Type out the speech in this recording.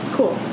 Cool